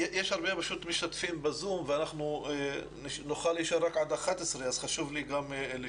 יש הרבה משתתפים בזום ואנחנו נוכל להישאר רק עד 11:00,